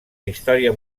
història